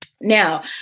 Now